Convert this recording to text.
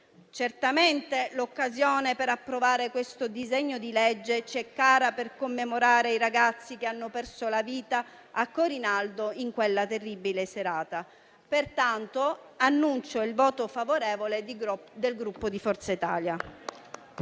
Certamente l'occasione per approvare questo disegno di legge ci è cara per commemorare i ragazzi che hanno perso la vita a Corinaldo, in quella terribile serata. Pertanto annuncio il voto favorevole del Gruppo Forza Italia.